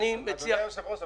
אדוני היושב ראש,